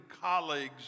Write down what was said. colleagues